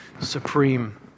supreme